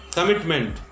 Commitment